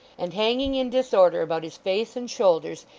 and hanging in disorder about his face and shoulders,